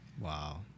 Wow